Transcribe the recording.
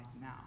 now